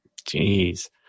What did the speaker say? Jeez